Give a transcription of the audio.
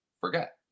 forget